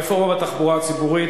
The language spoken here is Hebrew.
הנושא: הרפורמה בתחבורה הציבורית,